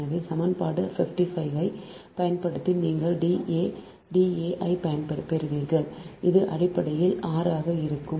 எனவே சமன்பாடு 55 ஐப் பயன்படுத்தி நீங்கள் D a d a ஐப் பெறுவீர்கள் அது அடிப்படையில் r ஆக இருக்கும்